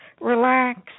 relax